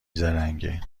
زرنگه